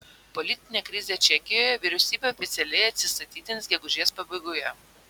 politinė krizė čekijoje vyriausybė oficialiai atsistatydins gegužės pabaigoje